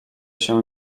się